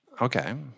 okay